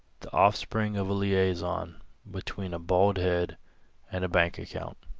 the offspring of a liaison between a bald head and a bank account.